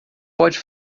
pode